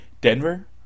denver